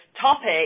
topic